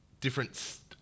different